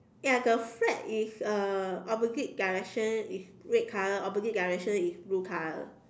ya the flag is uh opposite direction is red color opposite direction is blue color